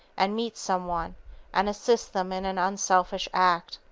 and meet some one and assist them in an unselfish act.